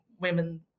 women